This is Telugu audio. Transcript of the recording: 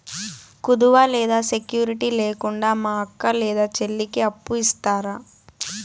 కుదువ లేదా సెక్యూరిటి లేకుండా మా అక్క లేదా చెల్లికి అప్పు ఇస్తారా?